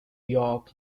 york